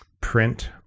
print